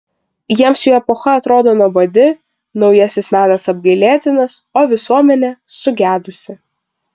jiems jų epocha atrodo nuobodi naujasis menas apgailėtinas o visuomenė sugedusi